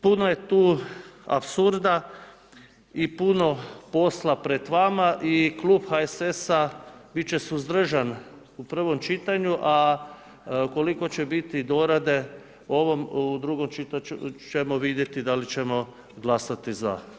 Puno je tu apsurda i puno posla pred vama i Klub HSS-a biti će suzdržan u provom čitanju, a ukoliko će biti dorade, u drugom čitanju ćemo vidjeti da li ćemo glasati za.